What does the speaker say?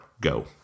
go